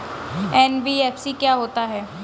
NBFC क्या होता है?